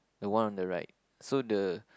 the one on the right so the